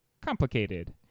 complicated